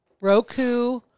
Roku